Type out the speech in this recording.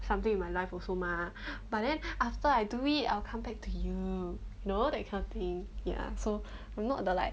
something with my life also mah but then after I do it I'll come back to you know that kind of thing ya so I'm not the like